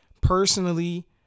Personally